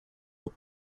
were